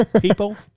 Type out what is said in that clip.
people